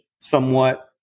somewhat